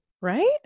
Right